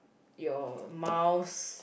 your mouse